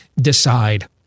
decide